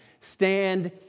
Stand